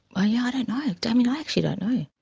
i ah don't know. damien, i actually don't know.